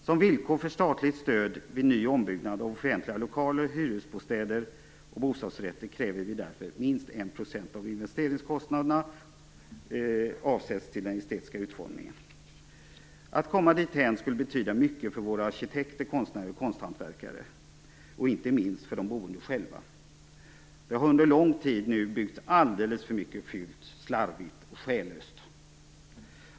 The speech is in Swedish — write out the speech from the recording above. Som villkor för statligt stöd vid ny och ombyggnad av offentliga lokaler, hyresbostäder och bostadsrätter kräver vi därför att minst 1 % av investeringskostnaderna avsätts till estetisk utformning. Att komma dithän skulle betyda mycket för våra arkitekter, konstnärer och konsthantverkare och inte minst för de boende själva. Det har nu under lång tid byggts alldeles för mycket fult, slarvigt och själlöst.